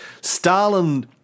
Stalin